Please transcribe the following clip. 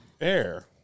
Air